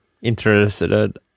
interested